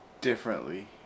differently